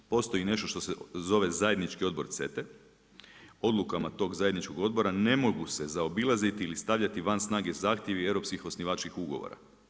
Postoji nešto što se zove Zajednički odbor CETA-e, odlukama tog zajedničkog odbora ne mogu se zaobilaziti ili stavljati van snage zahtjevi europskih osnivačkih ugovora.